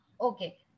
Okay